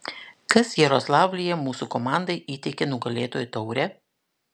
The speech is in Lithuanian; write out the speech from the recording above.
kas jaroslavlyje mūsų komandai įteikė nugalėtojų taurę